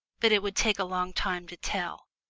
but it would take a long time to tell,